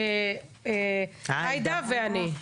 עאידה ואני.